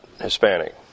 Hispanic